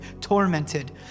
tormented